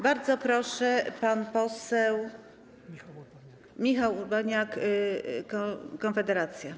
Bardzo proszę, pan poseł Michał Urbaniak, Konfederacja.